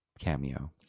cameo